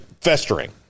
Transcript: festering